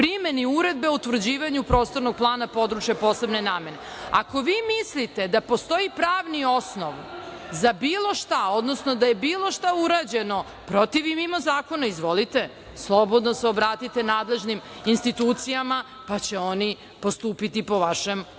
primeni Uredbe o utvrđivanju Prostornog plana područja posebne namene. Ako vi mislite da postoji pravni osnov za bilo šta, odnosno da je bilo šta urađeno protiv i mimo zakona, izvolite, slobodno se obratite nadležnim institucijama, pa će oni postupiti po vašem upitu